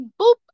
boop